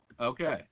Okay